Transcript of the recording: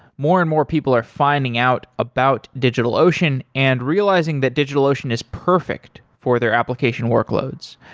more and more people are finding out about digitalocean and realizing that digitalocean is perfect for their application workloads.